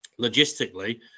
Logistically